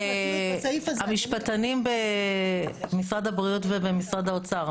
המשפטים במשרד הבריאות ומשרד האוצר,